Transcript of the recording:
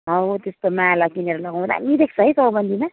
हौ त्यस्तो माला किनेर लगाउँ दामी देख्छ है चौबन्दीमा